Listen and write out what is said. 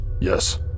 Yes